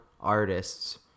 artists